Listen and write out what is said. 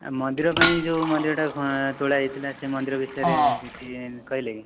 ଆଉ ମନ୍ଦିର ପାଇଁ ଯେଉଁ ମନ୍ଦିରଟା ତୋଳା ହୋଇଥିଲା ସେ ମନ୍ଦିର ବିଷୟରେ କିଛି କହିଲେ କି